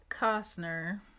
Costner